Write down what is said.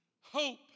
Hope